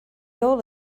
all